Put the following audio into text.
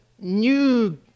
new